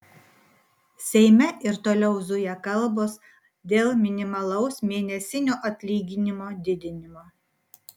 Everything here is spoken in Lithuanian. seime ir toliau zuja kalbos dėl minimalaus mėnesinio atlyginimo didinimo